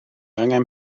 angen